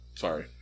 Sorry